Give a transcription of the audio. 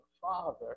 father